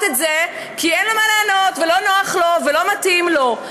את זה כי אין לו מה לענות ולא נוח לו ולא מתאים לו.